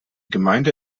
gemeinde